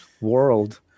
world